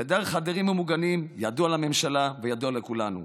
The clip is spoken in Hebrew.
היעדר החדרים הממוגנים ידוע לממשלה וידוע לכולנו.